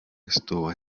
estuvo